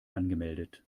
angemeldet